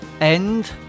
end